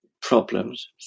problems